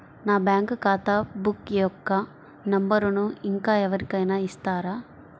నా బ్యాంక్ ఖాతా బుక్ యొక్క నంబరును ఇంకా ఎవరి కైనా ఇస్తారా?